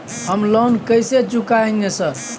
हम लोन कैसे चुकाएंगे सर?